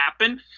happen